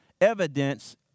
evidence